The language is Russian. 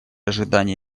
ожиданий